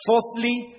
Fourthly